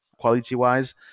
quality-wise